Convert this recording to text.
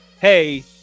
hey